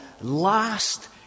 last